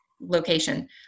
location